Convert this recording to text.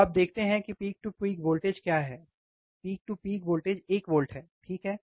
तो आप देखते हैं कि पीक टू पीक वोल्टेज क्या है पीक टू पीक वोल्टेज एक वोल्ट है ठीक है